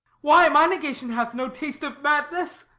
why, my negation hath no taste of madness.